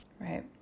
Right